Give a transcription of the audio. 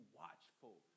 watchful